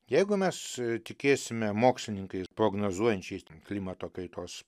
jeigu mes tikėsime mokslininkais prognozuojančiais klimato kaitos